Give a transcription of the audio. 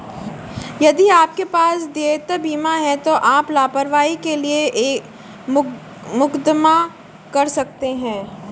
यदि आपके पास देयता बीमा है तो आप लापरवाही के लिए मुकदमा कर सकते हैं